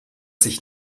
sich